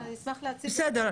אבל אני אשמח להציג --- בסדר,